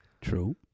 True